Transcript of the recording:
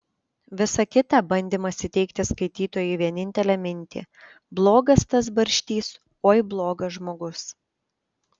visa kita bandymas įteigti skaitytojui vienintelę mintį blogas tas barštys oi blogas žmogus